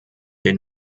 den